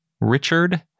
Richard